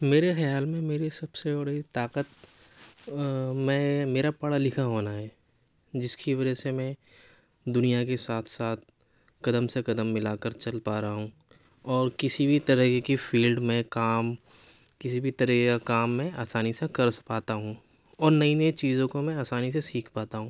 میرے خیال میں میری سب سے بڑی طاقت میں میرا پڑھا لکھا ہونا ہے جس کی وجہ سے میں دنیا کے ساتھ ساتھ قدم سے قدم ملا کر چل پا رہا ہوں اور کسی بھی طرح کی فیلڈ میں کام کسی بھی طرح کا کام میں آسانی سے کر پاتا ہوں اور نئی نئی چیزوں کو میں آسانی سے سیکھ پاتا ہوں